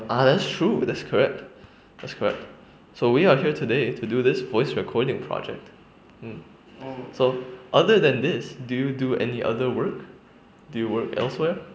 ah that's true that's correct that's correct so we are here today to do this voice recording project um so other then this do you do any other work do you work elsewhere